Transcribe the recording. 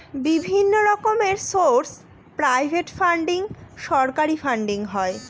বিভিন্ন রকমের source private funding, সরকারি ফান্ডিং হয়